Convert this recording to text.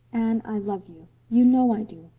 anne, i love you. you know i do.